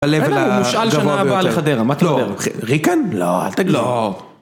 בלבל הגבוה ביותר. אין לנו מושאל שנה הבאה לחדרה, מה תדבר? לא. ריקן? לא. אל תגיד לי, לא.